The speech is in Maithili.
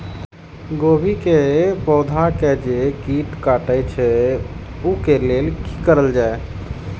गोभी के पौधा के जे कीट कटे छे वे के लेल की करल जाय?